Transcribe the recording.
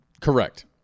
Correct